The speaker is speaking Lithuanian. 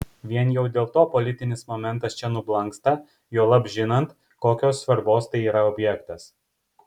vien jau dėl to politinis momentas čia nublanksta juolab žinant kokios svarbos tai yra objektas